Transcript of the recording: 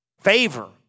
Favor